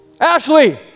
Ashley